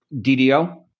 DDO